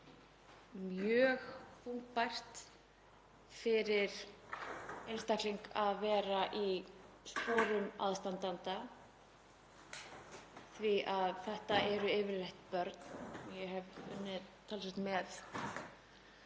mjög þungbært fyrir einstakling að vera í sporum aðstandanda því að þetta eru yfirleitt börn. Ég hef unnið talsvert með